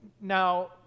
Now